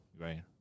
Right